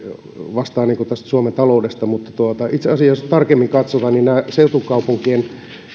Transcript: vastaavat tästä suomen taloudesta mutta itse asiassa kun tarkemmin katsotaan näiden seutukaupunkien